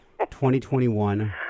2021